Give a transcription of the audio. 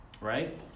Right